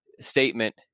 statement